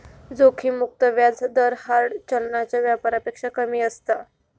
जोखिम मुक्त व्याज दर हार्ड चलनाच्या व्यापारापेक्षा कमी असता